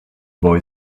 boy